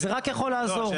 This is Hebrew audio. לא,